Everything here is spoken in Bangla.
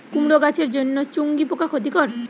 কুমড়ো গাছের জন্য চুঙ্গি পোকা ক্ষতিকর?